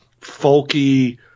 folky